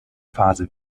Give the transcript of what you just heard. phase